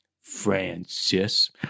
Francis